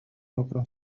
mokrą